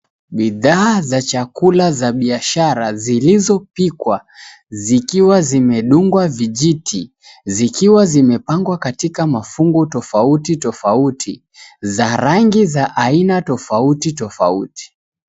Bidhaa za chakula za biashara zilizopikwa zikiwa zimedungwa vijiti, zikiwa zimepangwa katika mafungu tofauti tofauti za rangi aina tofauti tofauti.